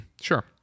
Sure